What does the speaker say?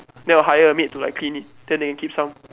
and they will hire a maid to like clean it then they keep some